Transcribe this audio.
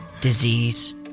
disease